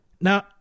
Now